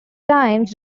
times